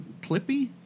Clippy